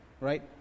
right